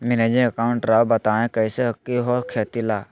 Managing account राव बताएं कैसे के हो खेती ला?